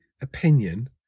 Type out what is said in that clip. opinion